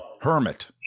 hermit